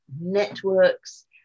networks